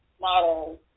models